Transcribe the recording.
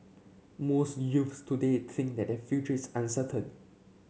most youths today think that their future is uncertain